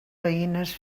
veïnes